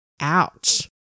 ouch